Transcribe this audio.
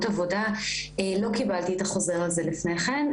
עבודה לא קיבלתי את החוזר הזה לפני כן,